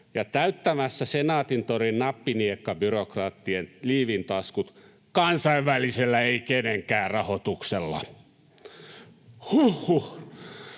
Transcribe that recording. ja täyttämässä Senaatintorin nappiniekkabyrokraattien liivintaskut kansainvälisellä ei-kenenkään-rahoituksella. Huh huh,